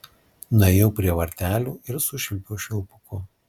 nuėjau prie vartelių ir sušvilpiau švilpuku